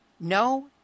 no